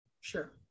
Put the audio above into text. Sure